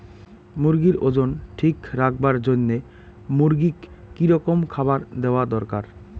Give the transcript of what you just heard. মুরগির ওজন ঠিক রাখবার জইন্যে মূর্গিক কি রকম খাবার দেওয়া দরকার?